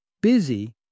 Busy